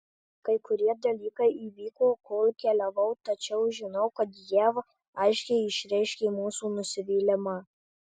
kai kurie dalykai įvyko kol keliavau tačiau žinau kad jav aiškiai išreiškė mūsų nusivylimą